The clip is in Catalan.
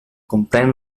comprèn